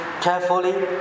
carefully